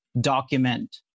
document